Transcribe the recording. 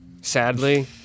Sadly